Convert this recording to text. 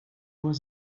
was